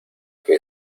que